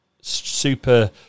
super